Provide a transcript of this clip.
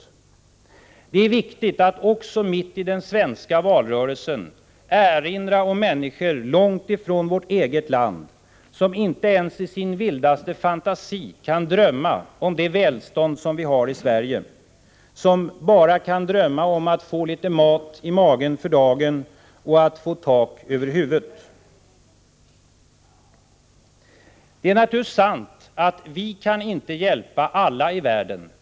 Men det är viktigt att även mitt uppe i valrörelsen i Sverige erinra om människor långt ifrån vårt eget land som inte ens i sin vildaste fantasi kan drömma om det välstånd som vi har i Sverige, som bara kan drömma om att få litet mat för dagen i magen och att få tak över huvudet. Det är naturligtvis sant att vi inte kan hjälpa alla människor i världen.